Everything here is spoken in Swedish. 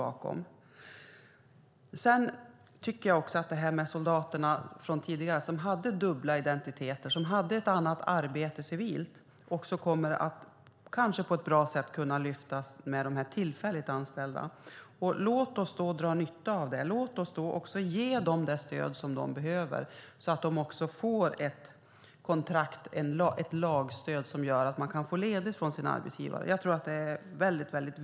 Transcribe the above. Frågan om soldaterna från tidigare som hade dubbla identiteter och alltså hade ett annat civilt arbete kanske kommer att kunna lyftas fram på ett bra sätt med de tillfälligt anställda. Låt oss då dra nytta av det. Låt oss ge dem det stöd som de behöver så att de också får ett kontrakt, ett lagstöd, som gör att de kan få ledigt från sin arbetsgivare. Jag tror att det är mycket viktigt.